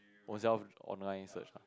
ownself online search ah